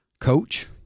coach